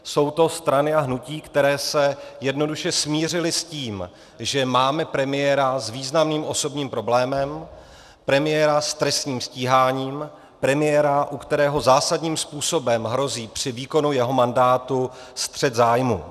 Jsou to strany a hnutí, které se jednoduše smířily s tím, že máme premiéra s významným osobním problémem, premiéra s trestním stíháním, premiéra, u kterého zásadním způsobem hrozí při výkonu jeho mandátu střet zájmů.